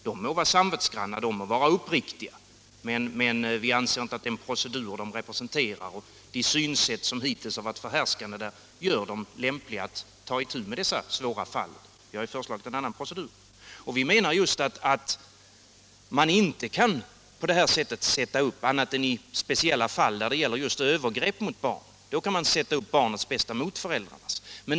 De må vara samvetsgranna, de må vara uppriktiga, men vi anser inte att den procedur som de representerar och det synsätt som hittills har varit förhärskande gör dem lämpliga att ta itu med dessa svåra fall. Vi har föreslagit en annan procedur. Vi menar att man inte annat än i speciella fall — såsom just övergrepp mot barn — kan sätta upp barnets bästa mot föräldrarna.